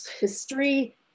history